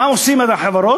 מה עושות החברות?